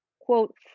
quote